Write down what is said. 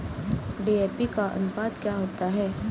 DAP का अनुपात क्या होता है?